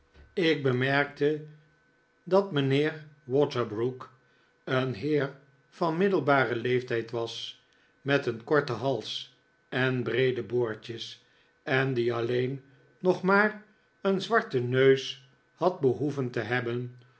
ik bemerkte dat mijnheer waterbrook een heer van middelbaren leeftijd was met een korten hals en breede boordjes en die alleen nog maar een zwarten neus had behoeven te hebben